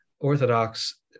orthodox